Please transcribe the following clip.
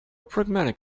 pragmatic